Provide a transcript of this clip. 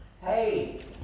Hey